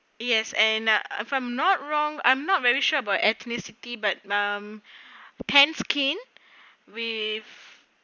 yes and uh if I'm not wrong I'm not very sure about ethnicity but um tan skin with